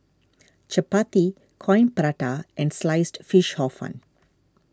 Chappati Coin Prata and Sliced Fish Hor Fun